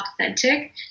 authentic